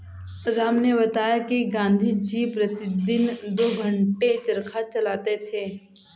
राम ने बताया कि गांधी जी प्रतिदिन दो घंटे चरखा चलाते थे